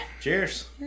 Cheers